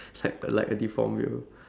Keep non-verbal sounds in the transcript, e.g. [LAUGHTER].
[LAUGHS] like a like a deformed wheel